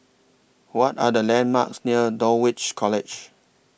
What Are The landmarks near Dulwich College